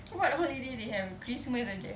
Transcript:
what holiday they have christmas aje